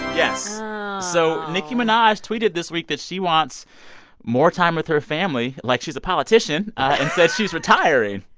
yes oh so nicki minaj tweeted this week that she wants more time with her family, like she's a politician, and says she's retiring.